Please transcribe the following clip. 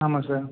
ஆமாம் சார்